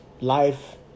life